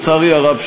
לצערי הרב,